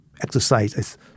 exercise